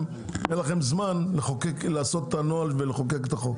אין לכם זמן לעשות את הנוהל ולחוקק את החוק?